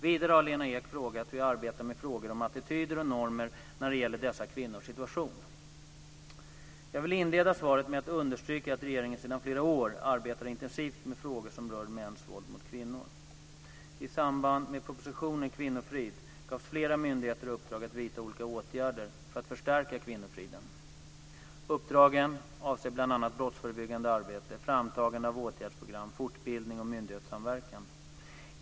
Vidare har Lena Ek frågat hur jag arbetar med frågor om attityder och normer när det gäller dessa kvinnors situation. Jag vill inleda svaret med att understryka att regeringen sedan flera år arbetar intensivt med frågor som rör mäns våld mot kvinnor. I samband med propositionen Kvinnofrid gavs flera myndigheter i uppdrag att vidta olika åtgärder för att förstärka kvinnofriden. Uppdragen avser bl.a. brottsförebyggande arbete, framtagande av åtgärdsprogram, fortbildning och myndighetssamverkan.